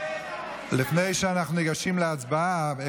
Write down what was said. לפני שאנחנו ניגשים להצבעה,